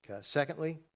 Secondly